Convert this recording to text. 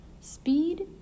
Speed